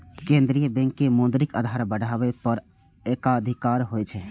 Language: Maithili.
केंद्रीय बैंक के मौद्रिक आधार बढ़ाबै पर एकाधिकार होइ छै